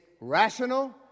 rational